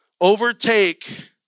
overtake